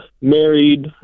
married